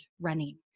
running